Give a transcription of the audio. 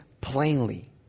Plainly